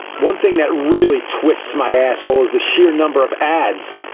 one thing that really twists my asshole is the sheer number of ads.